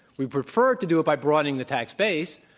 we'd prefer to do it by broadening the tax base.